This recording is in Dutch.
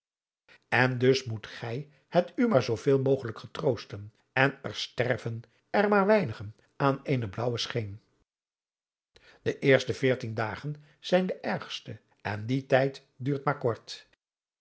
en dus moet gij het u maar zoo veel mogelijk getroosten en er sterven er maar weinigen aan eene blaauwe scheen de eerste veertien dagen zijn de ergste en die tijd duurt maar kort